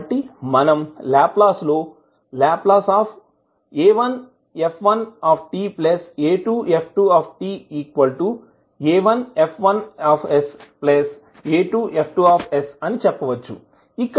కాబట్టి మనం లాప్లాస్ లో La1f1ta2f2ta1F1sa2F2s అని చెప్పవచ్చు